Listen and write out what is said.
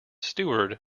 steward